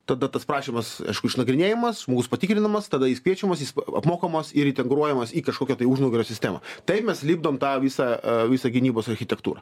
tada tas prašymas išnagrinėjamas žmogus patikrinamas tada jis kviečiamas jis apmokomas ir integruojamas į kažkokią tai užnugario sistemą tai mes lipdom tą visą visą gynybos architektūrą